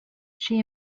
she